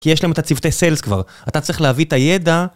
כי יש להם את הצוותי סיילס כבר. אתה צריך להביא את הידע...